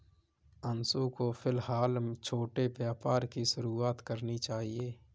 अंशु को फिलहाल छोटे व्यापार की शुरुआत करनी चाहिए